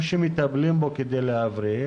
או שמטפלים בו כדי להבריא,